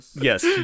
yes